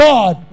God